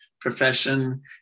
profession